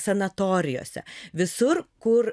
sanatorijose visur kur